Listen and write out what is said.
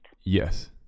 Yes